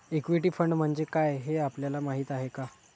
Equity fund म्हणजे काय, हे आपल्याला माहीत आहे का?